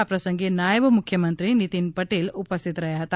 આ પ્રસંગે નાયબ મુખ્યમંત્રી નિતીન પટેલ ઉપસ્થિત રહ્યા હતા